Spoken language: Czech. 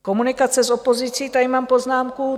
Komunikace s opozicí tady mám poznámku.